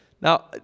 Now